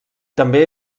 també